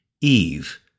Eve